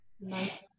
nice